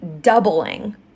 doubling